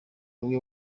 bamwe